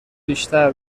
بیشتر